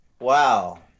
wow